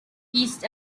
east